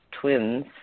twins